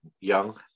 young